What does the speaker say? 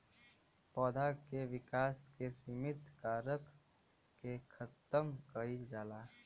पौधा के विकास के सिमित कारक के खतम कईल जाला